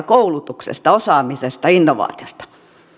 koulutuksesta osaamisesta innovaatiosta